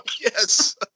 Yes